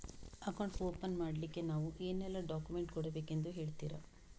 Account open ಮಾಡ್ಲಿಕ್ಕೆ ನಾವು ಏನೆಲ್ಲ ಡಾಕ್ಯುಮೆಂಟ್ ಕೊಡಬೇಕೆಂದು ಹೇಳ್ತಿರಾ?